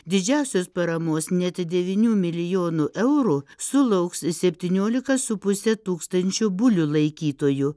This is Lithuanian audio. didžiausios paramos net devynių milijonų eurų sulauks septyniolika su puse tūkstančių bulių laikytojų